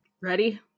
Ready